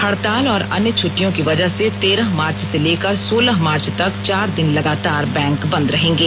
हड़ताल और अन्य छट्टियों की वजह से तेरह मार्च से लेकर सोलह मार्च तक चार दिन लगातार बैंक बन्द रहेंगे